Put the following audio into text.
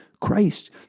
Christ